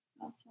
Awesome